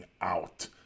out